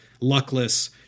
luckless